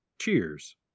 Cheers